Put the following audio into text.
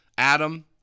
Adam